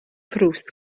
ddrws